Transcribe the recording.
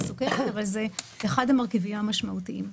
סוכרת אבל זה אחד המרכיבים המשמעותיים.